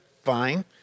fine